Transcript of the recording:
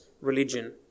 religion